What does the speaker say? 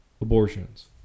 abortions